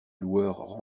loueur